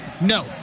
No